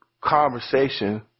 conversation